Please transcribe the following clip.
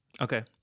Okay